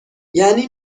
یعنی